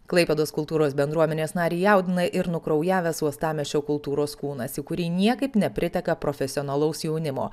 klaipėdos kultūros bendruomenės narį jaudina ir nukraujavęs uostamiesčio kultūros kūnas į kurį niekaip nepriteka profesionalaus jaunimo